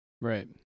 Right